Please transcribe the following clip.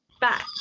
back